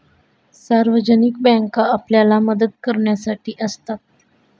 सार्वजनिक बँका आपल्याला मदत करण्यासाठी असतात